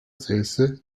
sayısı